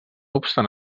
obstant